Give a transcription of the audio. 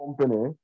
company